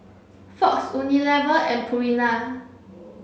Fox Unilever and Purina